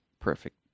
perfect